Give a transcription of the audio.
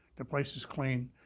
the place is clean.